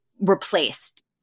replaced